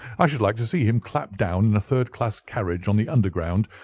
i should like to see him clapped down in a third class carriage on the underground,